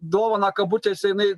dovaną kabutėse jinai